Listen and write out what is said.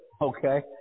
okay